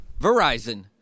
verizon